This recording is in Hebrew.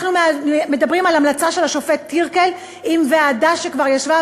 אנחנו מדברים על המלצה של השופט טירקל עם ועדה שכבר ישבה,